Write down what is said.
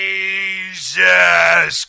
Jesus